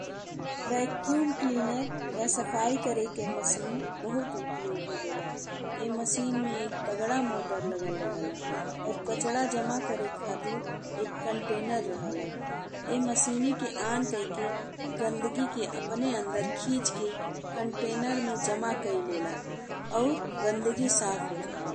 Vacuum cleaner या सफर करे के मशीन बहुत उपयोगी होला ए मशीन में एक तगड़ा मोटर लगल रहेला और कचड़ा जमा करे खातिर एक कन्टेनर रहेला। एह मसीनी के ऑन कइके ए गंदगी के अपने अंदर खींच के कन्टेनर में जमा कई लेला और गंदगी साफ हो जाला।